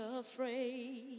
afraid